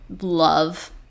love